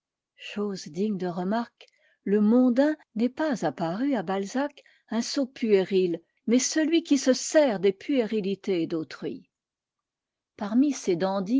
chose digne de remarque le mondain n'est pas apparu à balzac un sot puéril mais celui qui se sert des puérilités d'autrui parmi ses